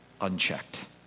unchecked